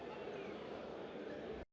Дякую.